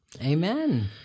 Amen